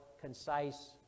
concise